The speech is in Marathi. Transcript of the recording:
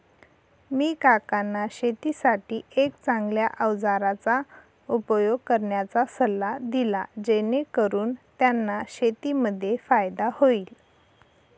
मी काकांना शेतीसाठी एक चांगल्या अवजारांचा उपयोग करण्याचा सल्ला दिला, जेणेकरून त्यांना शेतीमध्ये फायदा होईल